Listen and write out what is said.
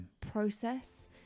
process